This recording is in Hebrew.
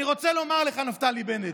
אני רוצה לומר לך, נפתלי בנט,